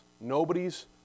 Nobody's